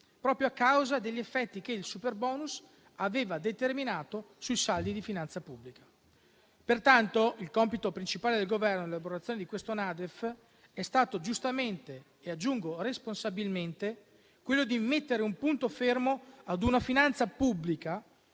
proprio a causa degli effetti che il superbonus aveva determinato sui saldi di finanza pubblica. Pertanto il compito principale del Governo nell'elaborazione di questo DEF è stato giustamente - e aggiungo responsabilmente - quello di mettere un punto fermo ad una finanza pubblica